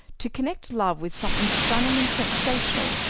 to connect love with something stunning and sensational,